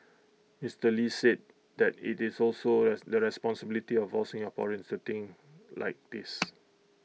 Mister lee said that IT is also the responsibility of all Singaporeans for think like this